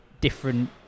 different